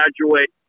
graduate